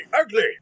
ugly